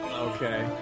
Okay